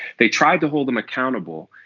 they tried to hold him accountable.